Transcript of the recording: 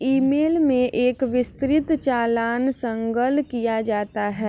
ई mail में एक विस्तृत चालान संलग्न किया है